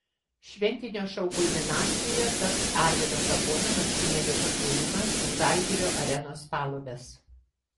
šventinio šou kulminacija taps arvydo sabonio marškinėlių pakėlimas į žalgirio arenos palubes